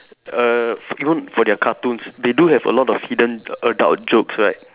err even for their cartoons they do have a lot of hidden adults jokes right